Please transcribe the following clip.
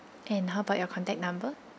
and how about your contact number